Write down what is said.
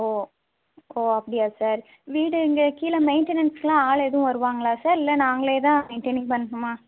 ஓ ஓ அப்படியா சார் வீடு இங்கே கீழே மெயிண்டனன்ஸ்க்கெலாம் ஆள் எதுவும் வருவார்களா சார் இல்லை நாங்களே தான் மெயின்டைனிங் பண்ணணுமா